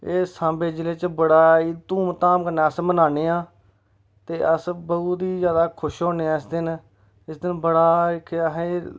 एह् साम्बे जिले च बड़ा ही धूमधाम कन्नै अस मनान्ने आं ते अस बहुत ही जैदा खुश होन्ने आं उस दिन उस दिन बड़ा ही केह् अहें ई